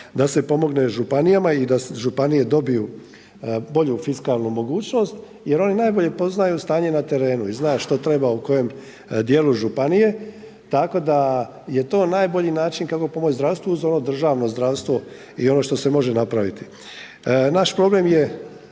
da se pomogne županijama i da županije dobiju bolju fiskalnu mogućnost jer oni najbolje poznaju stanje na terenu i znaju što treba u kojem dijelu županije. Tako da je to najbolji način kako pomoći zdravstvu uz ono državno zdravstvo i ono što se može napraviti. Naš problem je